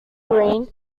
green